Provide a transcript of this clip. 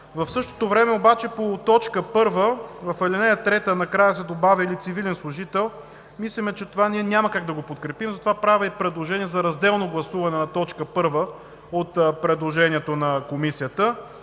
В същото време обаче по т. 1, в ал. 3 накрая са добавили „цивилен служител“. Това ние няма как да го подкрепим, затова правя предложение за разделно гласуване на т. 1 от предложението на Комисията